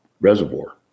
reservoir